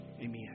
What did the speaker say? Amen